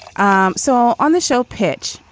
um so on the show pitch,